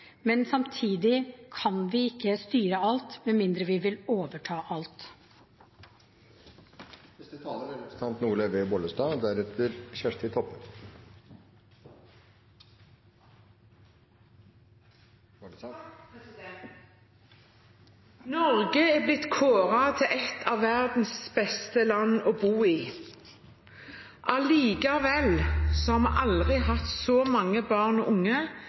men samtidig kan vi ikke styre alt, med mindre vi vil overta alt. Norge er blitt kåret til et av verdens beste land å bo i, allikevel har vi aldri hatt så mange barn og unge